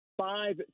five